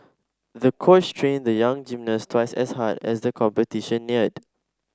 the coach trained the young gymnast twice as hard as the competition neared